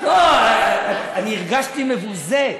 לא, אני הרגשתי מבוזה,